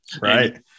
Right